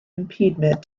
impediment